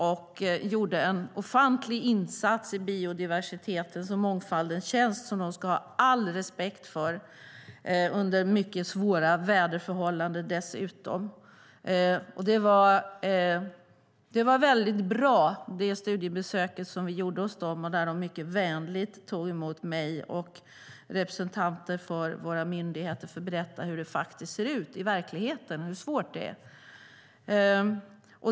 De gjorde en ofantlig insats i biodiversitetens och mångfaldens tjänst som de ska ha all respekt för, dessutom under mycket svåra väderförhållanden. Det var ett väldigt bra studiebesök som vi gjorde hos dem. De tog mycket vänligt emot mig och representanter för våra myndigheter för att berätta hur det faktiskt ser ut i verkligheten och hur svårt det är.